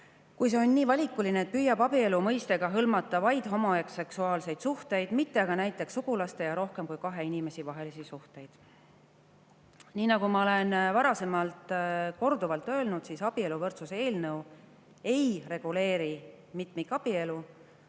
kui see on nii valikuline, et püüab abielu mõistega hõlmata vaid homoseksuaalseid suhteid, mitte aga näiteks sugulaste ja rohkem kui kahe inimese vahelisi suhteid? Ma olen varasemalt korduvalt öelnud: abieluvõrdsuse eelnõu ei reguleeri mitmikabielu.